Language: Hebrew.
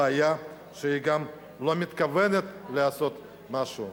הבעיה היא שהיא גם לא מתכוונת לעשות משהו.